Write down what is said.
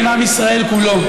תודה רבה.